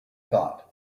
thought